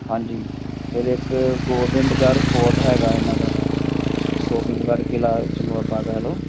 ਹਾਂਜੀ ਫਿਰ ਇੱਕ ਗੋਬਿੰਦਗੜ੍ਹ ਫੋਰਟ ਹੈਗਾ ਇਹਨਾਂ ਦਾ ਗੋਬਿੰਦਗੜ ਕਿਲ੍ਹਾ ਜਿਹਨੂੰ ਆਪਾਂ ਕਹਿ ਲਓ